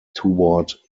toward